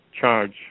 charge